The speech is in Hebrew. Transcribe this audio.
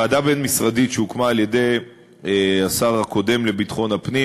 ועדה בין-משרדית שהוקמה על-ידי השר הקודם לביטחון הפנים